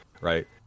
right